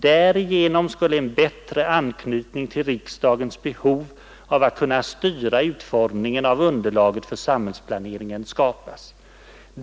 Därigenom skulle en bättre anknytning till riksdagens behov av att kunna styra utformningen av underlaget för samhällsplaneringen skapas.